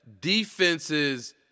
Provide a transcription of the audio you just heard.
defenses